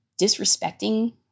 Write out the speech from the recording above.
disrespecting